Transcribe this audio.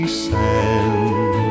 sand